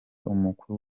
umukuru